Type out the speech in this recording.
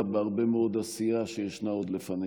בהרבה מאוד עשייה שישנה עוד לפניך.